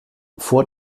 vor